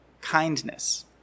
kindness